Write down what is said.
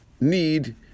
need